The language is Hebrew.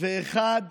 ואחד